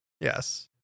Yes